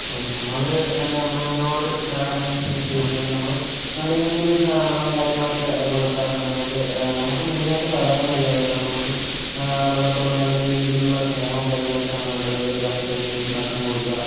ഇപ്പോൾ നമ്മൾ മൃഗങ്ങളോട് സഹകരണം വച്ചു കഴിഞ്ഞാൽ നമ്മൾ നല്ല രീതിയിൽ സഹകരണം കാര്യങ്ങളൊക്കെ പുലർത്താറുണ്ട് നമുക്ക് നമ്മൾക്ക് മെയിൻ ആയിട്ടും സഹകരണമല്ലേ വേണ്ടത് നമ്മൾക്ക് മൃഗത്തോട് നല്ല രീതിയിലുള്ള സ്നേഹവും കാര്യങ്ങളൊക്കെയാണ് വേണ്ടത് അതിനു കറക്ട് ടൈംമിനു ഭക്ഷണം കൊടുക്കുക